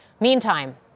Meantime